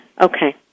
Okay